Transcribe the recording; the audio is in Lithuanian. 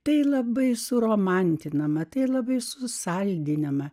tai labai suromantinama ir labai susaldiname